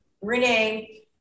Renee